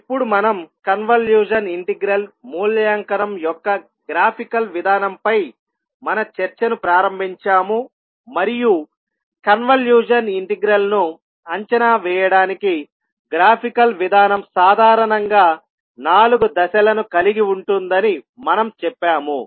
ఇప్పుడు మనం convolution integral మూల్యాంకనం యొక్క గ్రాఫికల్ విధానం పై మన చర్చను ప్రారంభించాము మరియు కన్వల్యూషన్ ఇంటిగ్రల్ ను అంచనా వేయడానికి గ్రాఫికల్ విధానం సాధారణంగా నాలుగు దశలను కలిగి ఉంటుందని మనం చెప్పాము